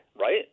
right